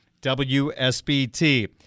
WSBT